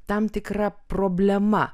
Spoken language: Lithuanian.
tam tikra problema